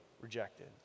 rejected